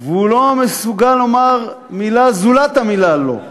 הוא לא יכול לומר מילה זולת המילה "לא".